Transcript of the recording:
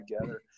together